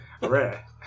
Rare